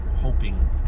hoping